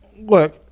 Look